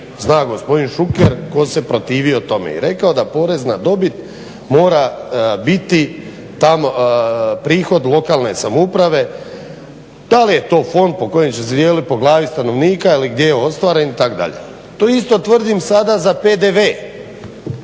zna gospodin Šuker tko se protivio tome i rekao da porez na dobit mora biti prihod lokalne samouprave, da li je to fond koji će se dijeliti po glavi stanovnika ili gdje je ostvaren itd. To isto tvrdim sada za PDV